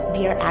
Dear